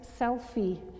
selfie